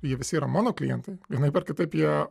jie visi yra mano klientai vienaip ar kitaip jie